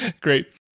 Great